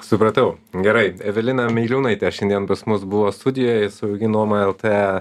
supratau gerai evelina meiliūnaitė šiandien pas mus buvo studijoj saugi nuoma lt